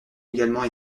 également